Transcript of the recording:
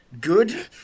Good